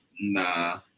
Nah